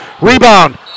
Rebound